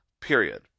period